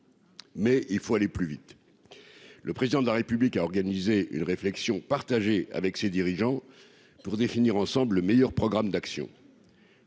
Mais il faut aller plus vite, le président de la République a organisé une réflexion partagée avec ses dirigeants pour définir ensemble le meilleur programme d'action,